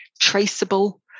traceable